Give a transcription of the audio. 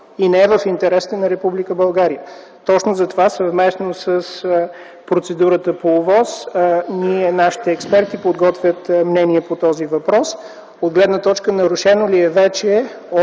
и не е в интересите на Република България. Точно затова съвместно с процедурата по ОВОС нашите експерти подготвят мнение по този въпрос от гледна точка нарушено ли е вече